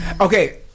okay